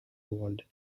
world